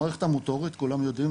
המערכת המוטורית כולם יודעים,